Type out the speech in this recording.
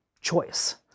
choice